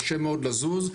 קשה מאוד לזוז,